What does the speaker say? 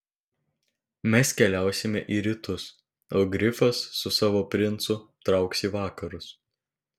mes keliausime į rytus o grifas su savo princu trauks į vakarus